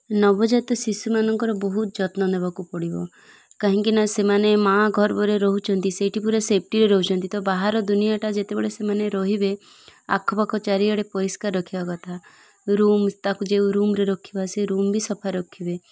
ନବଜାତ ଶିଶୁମାନଙ୍କର ବହୁତ ଯତ୍ନ ନେବାକୁ ପଡ଼ିବ କାହିଁକିନା ସେମାନେ ମା' ଗର୍ବରେ ରହୁଛନ୍ତି ସେଇଠି ପୁରା ସେଫ୍ଟିରେ ରହୁଛନ୍ତି ତ ବାହାର ଦୁନିଆଟା ଯେତେବେଳେ ସେମାନେ ରହିବେ ଆଖପାଖ ଚାରିଆଡ଼େ ପରିଷ୍କାର ରଖିବା କଥା ରୁମ୍ ତାକୁ ଯେଉଁ ରୁମ୍ରେ ରଖିବା ସେ ରୁମ୍ ବି ସଫା ରଖିବେ